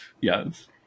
Yes